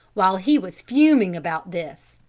while he was fuming about this,